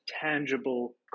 tangible